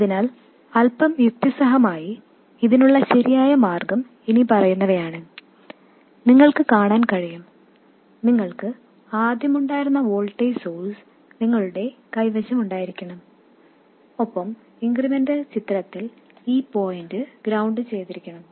അതിനാൽ അല്പം യുക്തിസഹമായി നോക്കുകയാണെങ്കിൽ ഇതിനുള്ള ശരിയായ മാർഗം ഇനിപ്പറയുന്നവയാണെന്ന് നിങ്ങൾക്ക് കാണാൻ കഴിയും നിങ്ങൾക്ക് ആദ്യം ഉണ്ടായിരുന്ന വോൾട്ടേജ് സോഴ്സ് നിങ്ങളുടെ കൈവശമുണ്ടായിരിക്കണം ഒപ്പം ഇൻക്രിമെന്റൽ ചിത്രത്തിൽ ഈ പോയിന്റ് ഗ്രൌണ്ട് ചെയ്തിരിക്കണം